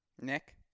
Nick